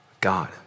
God